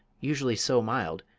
usually so mild,